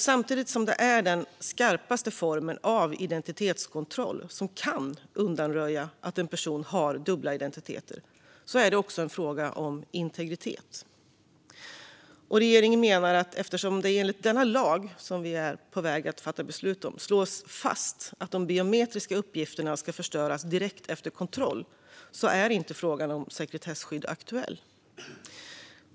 Samtidigt som det handlar om den skarpaste formen av identitetskontroll som kan undanröja att en person har dubbla identiteter är det också en fråga om integritet. Regeringen menar att eftersom det enligt denna lag, som vi är på väg att fatta beslut om, slås fast att de biometriska uppgifterna ska förstöras direkt efter kontroll är inte frågan om sekretesskydd aktuell.